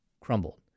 crumbled